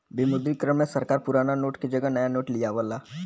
विमुद्रीकरण में सरकार पुराना नोट के जगह नया नोट लियावला